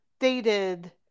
dated